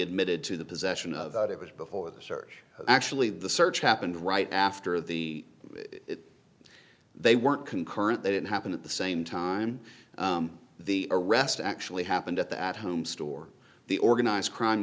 admitted to the possession of it before the search actually the search happened right after the they weren't concurrent they didn't happen at the same time the arrest actually happened at that home store the organized crime